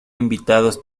invitados